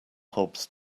hobs